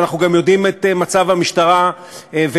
ואנחנו גם יודעים את מצב המשטרה ואת